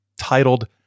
titled